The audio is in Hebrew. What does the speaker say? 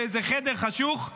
באיזה חדר חשוך.